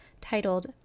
titled